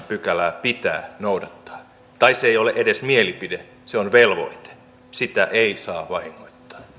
pykälää pitää noudattaa tai se ei ole edes mielipide se on velvoite sitä ei saa vahingoittaa